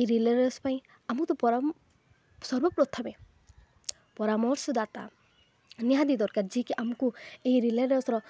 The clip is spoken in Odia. ଏ ରିଲେ ରେସ୍ ପାଇଁ ଆମକୁ ପର ସର୍ବପ୍ରଥମେ ପରାମର୍ଶଦାତା ନିହାତି ଦରକାର ଯିଏକି ଆମକୁ ଏହି ରିଲେ ରେସ୍ର